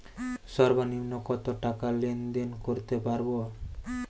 সর্বনিম্ন কত টাকা লেনদেন করতে পারবো?